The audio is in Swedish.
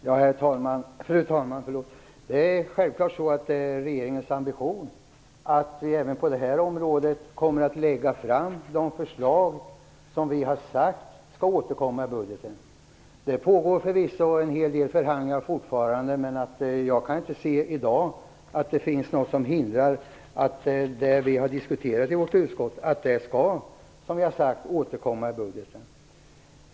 Fru talman! Det är självfallet regeringens ambition att även på detta område lägga fram förslag som vi har sagt att vi skall återkomma med i budgeten. Det pågår förvisso en hel del förhandlingar fortfarande. Men jag kan inte i dag se att det finns något som hindrar att det vi har diskuterat i utskottet skall återkomma i budgeten.